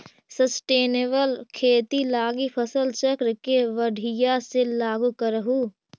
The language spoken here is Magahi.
सस्टेनेबल खेती लागी फसल चक्र के बढ़ियाँ से लागू करहूँ